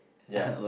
ya